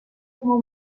como